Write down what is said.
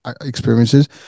experiences